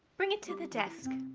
bring it to the desk.